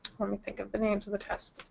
let me think of the names of the tests.